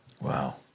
Wow